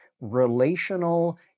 relational